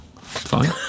Fine